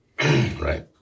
Right